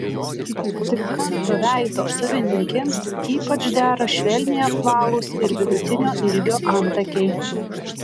trikampio veido savininkėms ypač dera švelniai apvalūs ir vidutinio ilgio antakiai